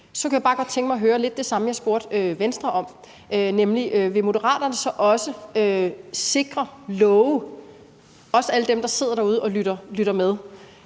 Så kunne jeg bare godt tænke mig at spørge om lidt det samme, jeg spurgte Venstre om, nemlig om Moderaterne så også vil love – også alle dem, der sidder derude og lytter med